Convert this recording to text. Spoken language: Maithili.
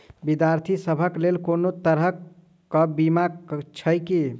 विद्यार्थी सभक लेल कोनो तरह कऽ बीमा छई की?